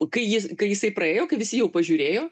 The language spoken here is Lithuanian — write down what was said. kai jis kai jisai praėjo kai visi jau pažiūrėjo